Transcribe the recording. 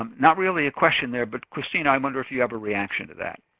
um not really a question there, but kristina, i wonder if you have a reaction to that?